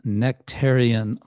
nectarian